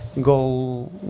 go